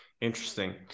interesting